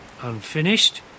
Unfinished